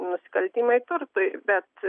nusikaltimai turtui bet